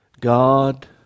God